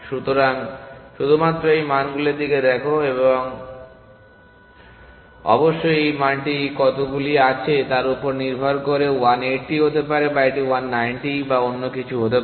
সুতরাং শুধুমাত্র সেই মানগুলির দিকে দেখো তাই অবশ্যই এই মানটি কতগুলি আছে তার উপর নির্ভর করে 1 80 হতে পারে বা এটি 1 90 বা অন্য কিছু হতে পারে